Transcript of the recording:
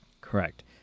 Correct